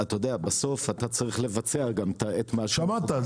בסוף אתה צריך לבצע גם את מה שאתה- -- שמעת,